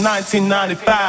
1995